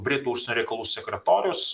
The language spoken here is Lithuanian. britų užsienio reikalų sekretorius